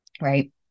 right